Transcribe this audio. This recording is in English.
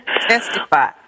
testify